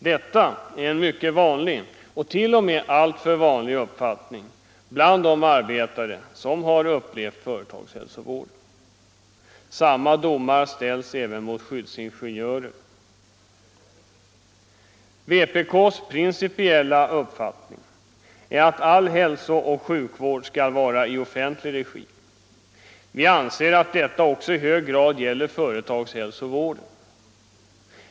Detta är en mycket vanlig — t.o.m. alltför vanlig — uppfattning bland de arbetare som har upplevt företagshälsovården. Samma domar fälls även över skyddsingenjörerna. Vpk:s principiella uppfattning är att all hälso och sjukvård skall bedrivas i offentlig regi. Vi anser att detta också i hög grad gäller företagshälsovården.